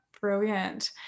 brilliant